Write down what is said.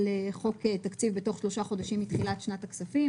חוק תקציב בתוך שלושה חודשים מתחילת שנת הכספים,